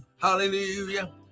Hallelujah